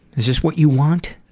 is this what you want?